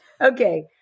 Okay